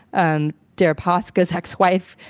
and deripaska's ex-wife,